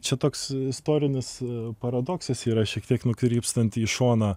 čia toks istorinis paradoksas yra šiek tiek nukrypstant į šoną